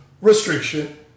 Restriction